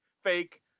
fake